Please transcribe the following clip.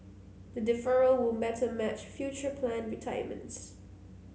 the deferral were matter match future planned retirements